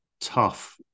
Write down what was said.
tough